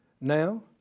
Now